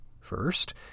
First